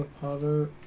Potter